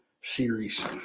series